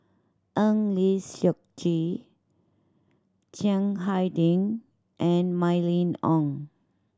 Eng Lee Seok Chee Chiang Hai Ding and Mylene Ong